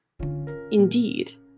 Indeed